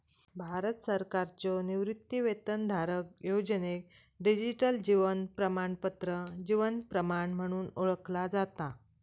भारत सरकारच्यो निवृत्तीवेतनधारक योजनेक डिजिटल जीवन प्रमाणपत्र जीवन प्रमाण म्हणून ओळखला जाता